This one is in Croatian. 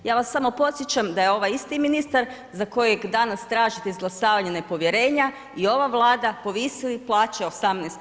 Ja vas samo podsjeća da je ovaj isti ministar za kojeg danas tražite izglasavanje nepovjerenja i ova Vlada povisili plaće 18%